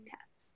tests